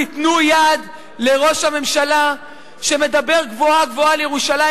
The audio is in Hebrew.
אל תיתנו יד לראש הממשלה שמדבר גבוהה-גבוהה על ירושלים